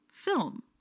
film